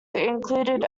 included